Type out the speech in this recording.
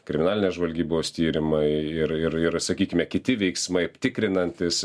kriminalinės žvalgybos tyrimai ir ir ir sakykime kiti veiksmai tikrinantys